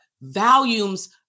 volumes